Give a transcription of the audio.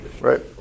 Right